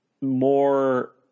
more